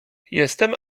jestem